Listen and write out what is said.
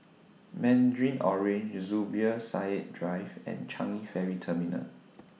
Mandarin Orange Zubir Said Drive and Changi Ferry Terminal